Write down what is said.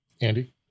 Andy